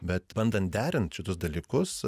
bet bandant derint šitus dalykus